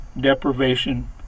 deprivation